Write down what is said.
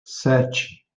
sete